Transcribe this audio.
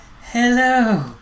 Hello